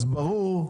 ברור,